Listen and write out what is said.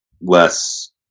less